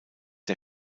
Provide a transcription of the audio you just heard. der